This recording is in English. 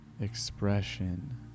expression